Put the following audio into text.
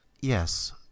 Yes